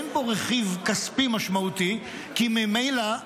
אין בו רכיב כספי משמעותי כי ממילא,